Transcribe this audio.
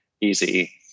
easy